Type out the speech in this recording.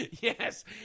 Yes